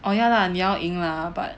orh ya lah 你要赢 lah but